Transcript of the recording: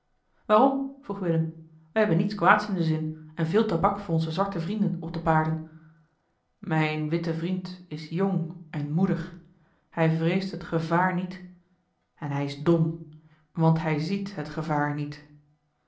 waarom vroeg willem wij hebben niets kwaads in den zin en veel tabak voor onze zwarte vrienden op de paarden mijn witte vriend is jong en moedig hij vreest het gevaar niet en hij is dom want hij ziet het gevaar niet